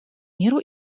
миру